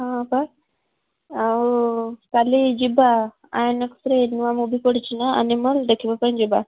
ହଁ ପା ଆଉ କାଲି ଯିବା ଆଇନକ୍ସରେ ନୂଆ ମୁଭି ପଡ଼ିଛି ନା ଆନିମଲ୍ ଦେଖିବା ପାଇଁ ଯିବା